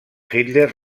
hitler